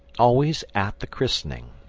always at the christening.